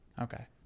Okay